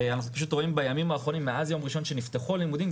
אנחנו פשוט רואים בימים האחרונים מאז יום ראשון שנפתחו הלימודים,